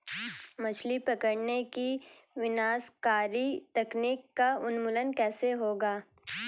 मछली पकड़ने की विनाशकारी तकनीक का उन्मूलन कैसे होगा?